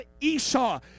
Esau